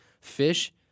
Fish